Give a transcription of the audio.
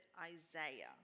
Isaiah